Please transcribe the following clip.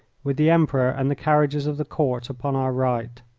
with the emperor and the carriages of the court upon our right.